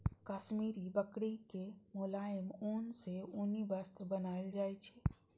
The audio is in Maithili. काश्मीरी बकरी के मोलायम ऊन सं उनी वस्त्र बनाएल जाइ छै